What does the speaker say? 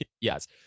Yes